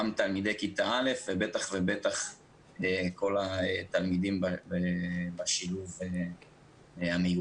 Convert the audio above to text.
גם לתלמידי כיתה א' ובטח ובטח לכל התלמידים בשילוב המיוחד.